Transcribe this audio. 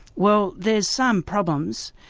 well there's some problems.